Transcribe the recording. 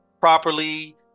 properly